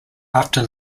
after